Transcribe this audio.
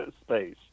space